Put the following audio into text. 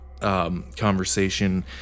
conversation